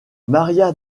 maria